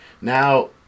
now